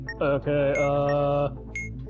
Okay